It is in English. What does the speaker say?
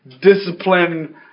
discipline